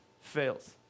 fails